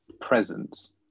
presence